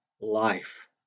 life